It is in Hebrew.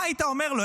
מה היית אומר לו,